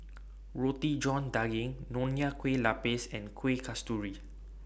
Roti John Daging Nonya Kueh Lapis and Kuih Kasturi